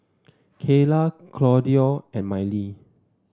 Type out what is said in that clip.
Kaela Claudio and Mylee